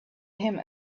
him